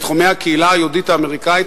בתחומי הקהילה היהודית האמריקנית,